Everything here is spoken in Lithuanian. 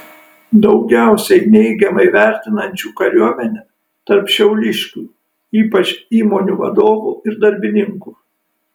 daugiausiai neigiamai vertinančių kariuomenę tarp šiauliškių ypač įmonių vadovų ir darbininkų